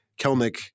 Kelnick